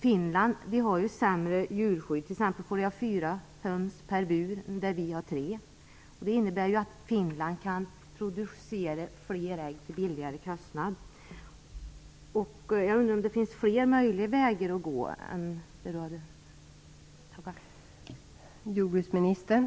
Finland har ett sämre djurskydd. Där får man t.ex. ha fyra höns per bur medan vi får ha bara tre. Det innebär att Finland kan producera äggen till en lägre kostnad. Jag undrar om det finns fler möjliga vägar att beträda än de redan nämnda.